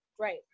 right